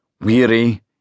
weary